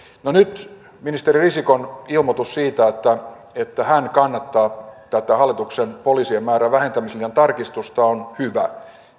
nyt ministeri risikon ilmoitus siitä että että hän kannattaa tätä hallituksen esittämää poliisien määrän vähentämislinjan tarkistusta on hyvä